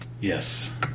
Yes